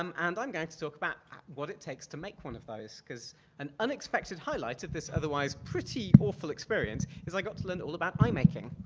um and i'm going to talk about what it takes to make one of those, cause an unexpected highlight of this otherwise pretty awful experience is i got to learn all about eye making.